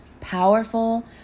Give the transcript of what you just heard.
powerful